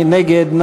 מי נגד?